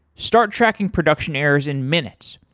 start tracking production errors in minutes.